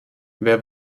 wer